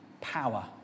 power